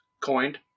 coined